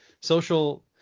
social